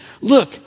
look